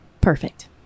Perfect